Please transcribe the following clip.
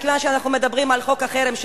מכיוון שאנחנו מדברים על חוק החרם,